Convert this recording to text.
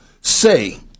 say